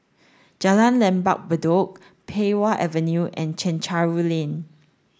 Jalan Lembah Bedok Pei Wah Avenue and Chencharu Lane